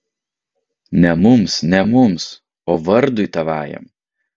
ne mums ne mums o vardui tavajam